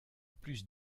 plus